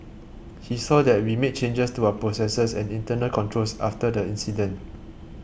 he saw that we made changes to our processes and internal controls after the incident